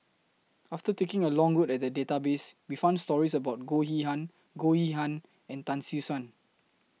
after taking A Long Look At The Database We found stories about Goh Goh Yihan and Tan Siew Sin